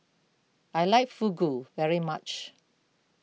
I like Fugu very much